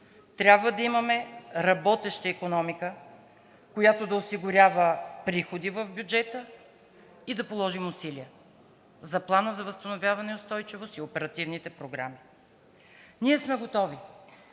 трябва да имаме работеща икономика, която да осигурява приходи в бюджета, и да положим усилия за Плана за възстановяване и устойчивост и оперативните програми. Ние сме готови